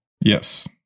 Yes